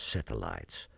Satellites